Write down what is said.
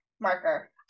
marker